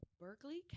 Berkeley